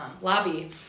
lobby